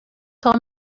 told